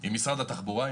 עם משרד התחבורה.